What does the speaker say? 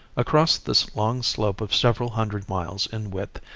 across this long slope of several hundred miles in width,